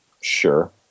Sure